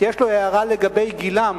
ויש לו הערה לגבי גילם